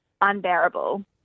unbearable